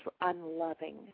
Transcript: unloving